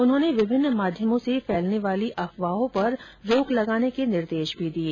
उन्होंने विभिन्न माध्यमों से फैलने वाली अफवाहों पर रोक लगाने के निर्देश भी दिये